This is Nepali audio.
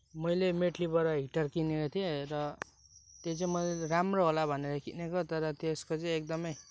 मैले मेटलीबाट हिटर किनेको थिएँ र त्यो चाहिँ मैले राम्रो होला भनेर किनेको तर त्यसको चाहिँ एकदमै